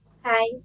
Hi